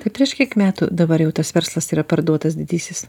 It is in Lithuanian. tai prieš kiek metų dabar jau tas verslas yra parduotas didysis